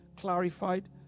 clarified